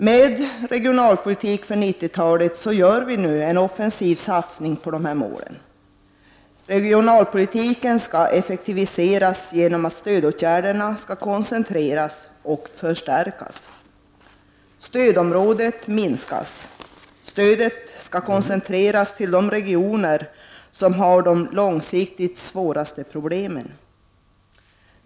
Med Regionalpolitik för 90-talet gör vi en offensiv satsning på dessa mål. Regionalpolitiken skall effektiviseras genom att stödåtgärderna skall kon centreras och förstärkas. Stödområdet minskas. Stödet skall koncentreras till de regioner som har de långsiktigt svåraste problemen.